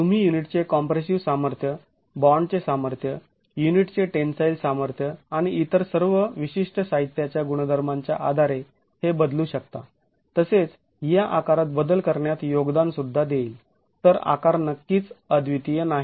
तुम्ही युनिटचे कॉम्प्रेसिव सामर्थ्य बॉण्डचे सामर्थ्य युनिटचे टेन्साईल सामर्थ्य आणि इतर सर्व विशिष्ट साहित्याच्या गुणधर्मांच्या आधारे हे बदलू शकता तसेच या आकारात बदल करण्यात योगदान सुद्धा देईल तर आकार नक्कीच अद्वितीय नाही